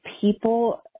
people